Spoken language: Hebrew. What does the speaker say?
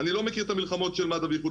אני לא מכיר את המלחמות של מד"א באיחוד